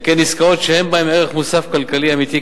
וכן עסקאות שאין בהן ערך מוסף כלכלי אמיתי,